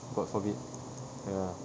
god forbid ya